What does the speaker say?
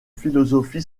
philosophie